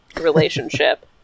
relationship